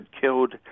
killed